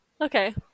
okay